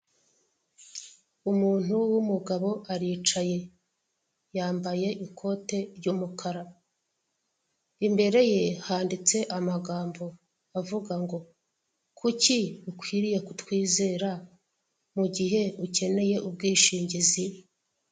Umuntu w'umugabo aricaye yambaye ikote ry'umukara, imbere ye handitse amagambo avuga ngo, kuki ukwiriye kutwizere mu gihe ukeneye ubwishingizi?